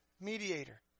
mediator